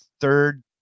third